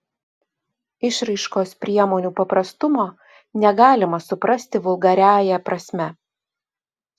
išraiškos priemonių paprastumo negalima suprasti vulgariąja prasme